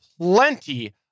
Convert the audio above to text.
plenty